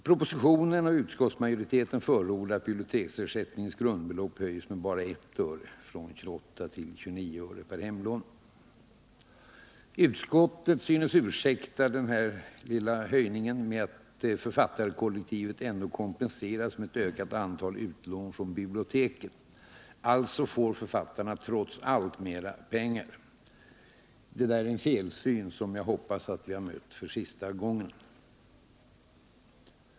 Propositionen och utskottsmajoriteten föreslår att biblioteksersättningens grundbelopp höjs med bara 1 öre — från 28 till 29 öre per hemlån. Utskottet synes ursäkta denna lilla höjning med att författarkollektivet ändå kompenseras med ett ökat antal utlån från biblioteken — alltså får författarna trots allt mera pengar. Det där är en felsyn som jag hoppas att vi har mött för sista gången.